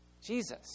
jesus